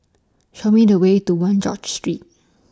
Show Me The Way to one George Street